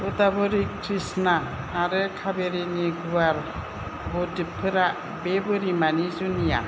गोदाबरी कृष्णा आरो काबेरीनि गुवार ब द्वीपफोरा बे बोरिमानि जुनिया